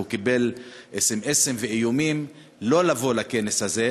כי הוא קיבל סמ"סים ואיומים לא לבוא לכנס הזה.